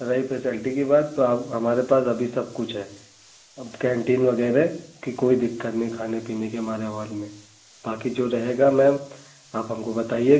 रही फैसिलिटी की बात तो अब हमारे पास अभी सब कुछ है अब कैन्टीन वग़ैरह की कोई दिक्कत नहीं खाने पीने की हमारे हॉल में बाकी जो रहेगा मैम आप हमको बताइएगा